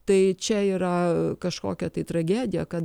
tai čia yra kažkokia tai tragedija kad